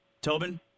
Tobin